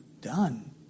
done